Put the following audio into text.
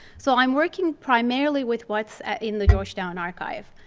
so i'm working primarily with what's in the georgetown archive.